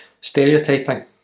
stereotyping